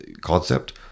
concept